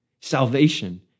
Salvation